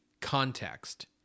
context